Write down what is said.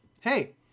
hey